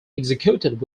executed